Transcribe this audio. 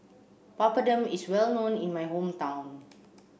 Papadum is well known in my hometown